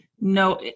No